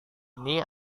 ini